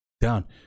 down